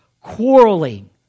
quarreling